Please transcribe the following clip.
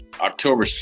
October